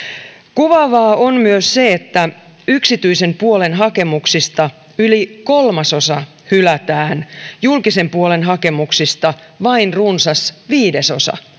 kuvaavaa on myös se että yksityisen puolen hakemuksista yli kolmasosa hylätään julkisen puolen hakemuksista vain runsas viidesosa